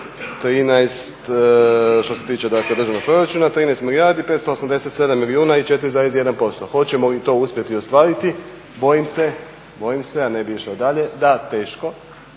13, što se tiče dakle državnog proračuna, 13 milijardi i 587 milijuna i 4,1%. Hoćemo li to uspjeti ostvariti? Bojim se da ne bi išlo dalje, da, teško.